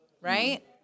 right